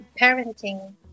parenting